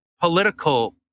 political